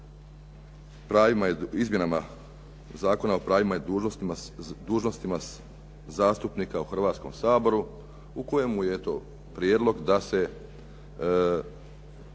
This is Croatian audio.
izmjenama Zakona o pravima i dužnostima zastupnika u Hrvatskom saboru u kojem je eto prijedlog da se